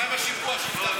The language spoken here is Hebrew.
מה עם השיפוע שהבטחת,